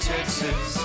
Texas